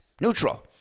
neutral